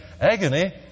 Agony